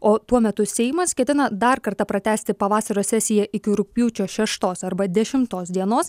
o tuo metu seimas ketina dar kartą pratęsti pavasario sesiją iki rugpjūčio šeštos arba dešimtos dienos